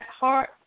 heart